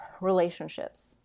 relationships